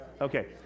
Okay